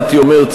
הייתי אומר,